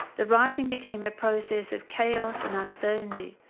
the writing became a process of chaos and uncertainty,